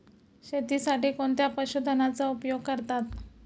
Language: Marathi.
शेतीसाठी कोणत्या पशुधनाचा उपयोग करतात?